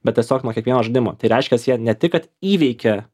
bet tiesiog nuo kiekvieno žaidimo tai reiškias jie ne tik kad įveikia